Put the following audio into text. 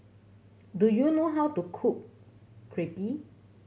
do you know how to cook Crepe